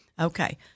Okay